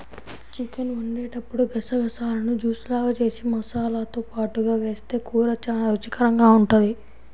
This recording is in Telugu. చికెన్ వండేటప్పుడు గసగసాలను జూస్ లాగా జేసి మసాలాతో పాటుగా వేస్తె కూర చానా రుచికరంగా ఉంటది